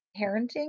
parenting